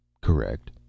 Correct